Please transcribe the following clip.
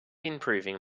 improving